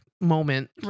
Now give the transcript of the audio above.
moment